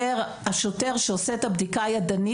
השוטר שעושה את הבדיקה הידנית,